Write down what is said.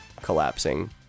collapsing